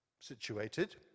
situated